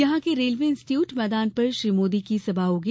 यहां के railway institute मैदान पर श्री मोदी की सभा होगी